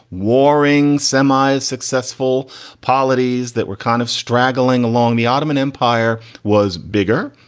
warring semis, successful polities that were kind of straggling along. the ottoman empire was bigger,